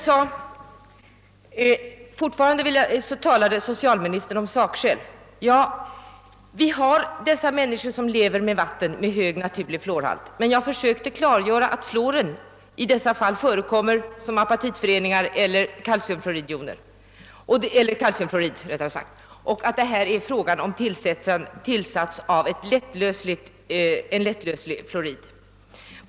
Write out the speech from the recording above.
Socialministern talade fortfarande om sakskäl. Visst finns det människor i vårt land som använder vatten med hög naturlig fluorhalt. Jag försökte emellertid klargöra att fluoren i detta fall vanligtvis förekommer som apatit d.v.s. som kalciumfluorid. Vid fluoridering är det däremot fråga om tillsättande av en lättlöslig fluorid.